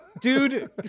Dude